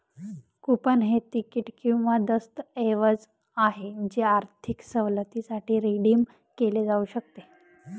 coupon हे तिकीट किंवा दस्तऐवज आहे जे आर्थिक सवलतीसाठी रिडीम केले जाऊ शकते